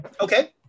Okay